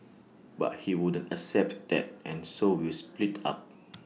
but he wouldn't accept that and so we split up